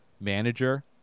manager